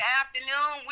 afternoon